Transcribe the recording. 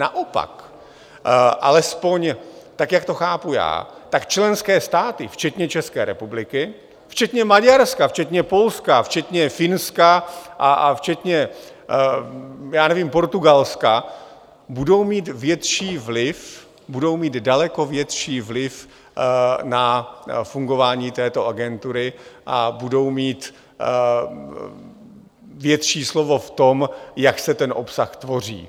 A naopak, alespoň jak to chápu já, členské státy včetně České republiky, včetně Maďarska, včetně Polska a včetně Finska a včetně já nevím Portugalska, budou mít větší vliv, budou mít daleko větší vliv na fungování této Agentury a budou mít větší slovo v tom, jak se ten obsah tvoří.